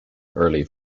early